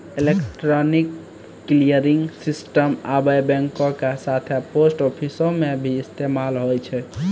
electronic clearing system आबे बैंको के साथे पोस्ट आफिसो मे भी इस्तेमाल होय छै